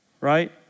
Right